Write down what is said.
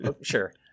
Sure